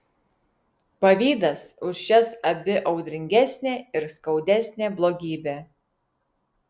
pavydas už šias abi audringesnė ir skaudesnė blogybė